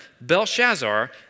Belshazzar